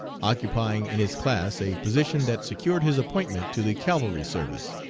occupying in his class a position that secured his appointment to the cavalry service,